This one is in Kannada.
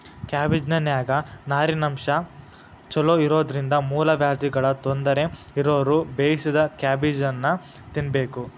ಕ್ಯಾಬಿಜ್ನಾನ್ಯಾಗ ನಾರಿನಂಶ ಚೋಲೊಇರೋದ್ರಿಂದ ಮೂಲವ್ಯಾಧಿಗಳ ತೊಂದರೆ ಇರೋರು ಬೇಯಿಸಿದ ಕ್ಯಾಬೇಜನ್ನ ತಿನ್ಬೇಕು